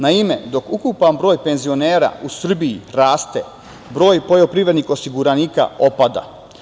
Naime, dok ukupan broj penzionera u Srbiji raste, broj poljoprivrednih osiguranika opada.